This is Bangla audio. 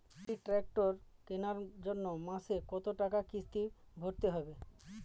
একটি ট্র্যাক্টর কেনার জন্য মাসে কত টাকা কিস্তি ভরতে হবে?